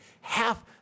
half